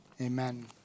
amen